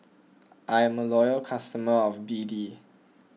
I'm a loyal customer of B D